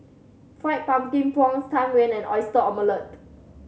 Fried Pumpkin Prawns Tang Yuen and Oyster Omelette